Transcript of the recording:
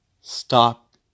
stop